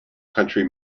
country